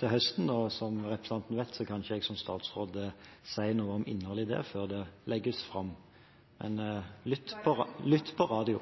til høsten. Som representanten vet, så kan ikke jeg som statsråd si noe om innholdet i det før det legges fram. En garanti? Lytt på radio!